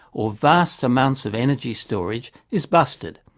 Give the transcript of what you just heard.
or vast amounts of energy storage, is busted.